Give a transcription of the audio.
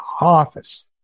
office